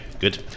good